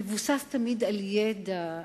מבוסס תמיד על ידע,